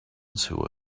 too